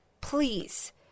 Please